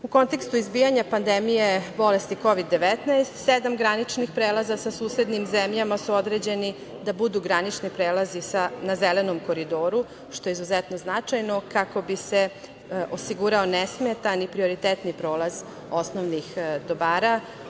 U kontekstu izbijanja pandemije bolesti Kovid - 19 sedam graničnih prelaza sa susednim zemljama su određeni da budu granični prelazi na zelenom koridoru, što je izuzetno značajno, kako bi se osigurao nesmetan i prioritetni prolaz osnovnih dobara.